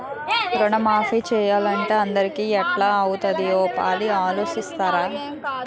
రుణమాఫీ సేసియ్యాలంటే అందరికీ ఎట్టా అవుతాది ఓ పాలి ఆలోసించరా